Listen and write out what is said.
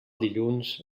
dilluns